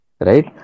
Right